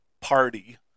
party